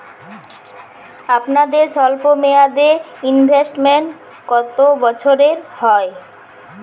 আপনাদের স্বল্পমেয়াদে ইনভেস্টমেন্ট কতো বছরের হয়?